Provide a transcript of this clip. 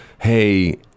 hey